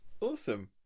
Awesome